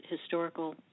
historical